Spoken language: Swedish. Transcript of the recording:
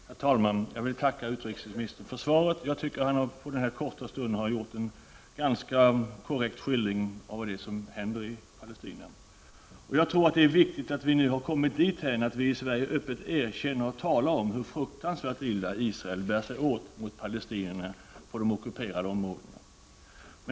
Herr talman! Jag vill tacka utrikesministern för svaret. Jag tycker att han på den här korta stunden har givit en ganska korrekt skildring av vad som händer i Palestina. Jag tror att det är viktigt att vi nu har kommit dithän att vi i Sverige öppet erkänner och talar om hur fruktansvärt illa Israel bär sig åt mot palestinierna på de ockuperade områdena.